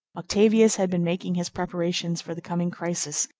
octavius had been making his preparations for the coming crisis,